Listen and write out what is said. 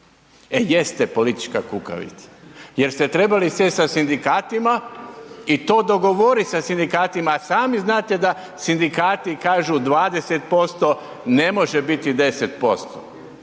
E jeste politička kukavica, jer ste trebali sjesti sa sindikatima i to dogovoriti sa sindikatima. A sami znate da sindikati kažu 20% ne može biti 10%.